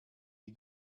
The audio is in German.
die